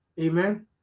Amen